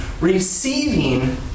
receiving